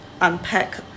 unpack